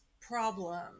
problem